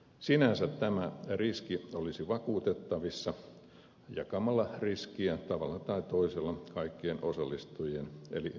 sinänsä tämä riski olisi vakuutettavissa jakamalla riskiä tavalla tai toisella kaikkien osallistujien eli elinkeinonharjoittajien kesken